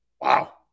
Wow